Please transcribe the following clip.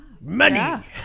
Money